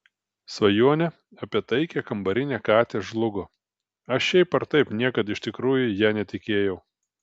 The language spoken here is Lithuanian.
svajonė apie taikią kambarinę katę žlugo aš šiaip ar taip niekad iš tikrųjų ja netikėjau